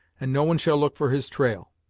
and no one shall look for his trail.